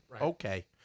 Okay